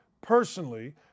personally